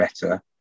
better